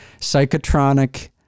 psychotronic